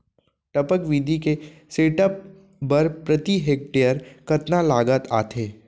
टपक विधि के सेटअप बर प्रति हेक्टेयर कतना लागत आथे?